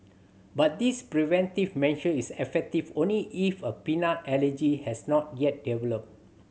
but this preventive measure is effective only if a peanut allergy has not yet developed